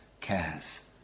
cares